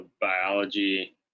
biology